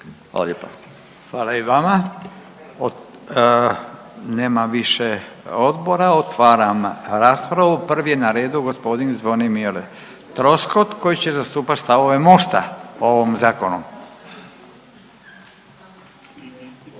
Hvala i vama. Nema više odbora, otvaram raspravu. Prvi je na redu gospodin Zvonimir Troskot koji će zastupati stavove MOST-a o ovom zakonu.